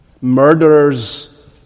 Murderers